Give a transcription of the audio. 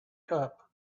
cup